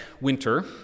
winter